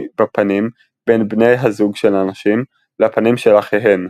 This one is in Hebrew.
בפנים בין בני הזוג של הנשים לפנים של אחיהן.